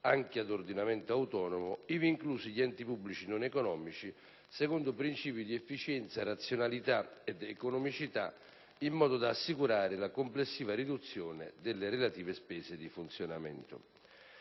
anche ad ordinamento autonomo, ivi inclusi gli enti pubblici non economici, secondo princìpi di efficienza, razionalità ed economicità, in modo da assicurare la complessiva riduzione delle relative spese di funzionamento.